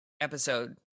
episode